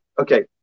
okay